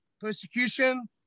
persecution